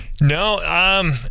no